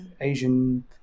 Asian